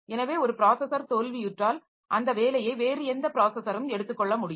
எனவே ஒரு ப்ராஸஸர் தோல்வியுற்றால் அந்த வேலையை வேறு எந்த ப்ராஸஸரும் எடுத்துக்கொள்ள முடியும்